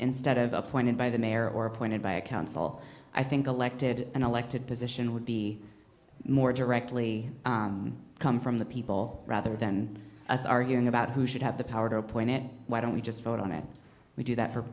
instead of appointed by the mayor or appointed by a council i think elected an elected position would be more directly come from the people rather than arguing about who should have the power to appoint it why don't we just vote on it we do that for